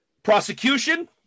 Prosecution